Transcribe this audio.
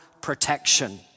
protection